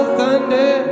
thunder